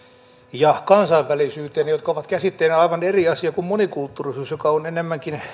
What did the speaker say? ja kansainvälisyyteen jotka ovat käsitteinä aivan eri asia kuin monikulttuurisuus joka on enemmänkin